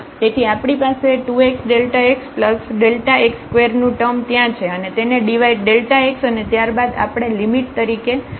તેથી આપણી પાસે 2xΔxΔx2 નું ટર્મ ત્યાં છે અને તેને ડિવાઇડ x અને ત્યારબાદ આપણે લિમિટ તરીકે x→0 લઈશું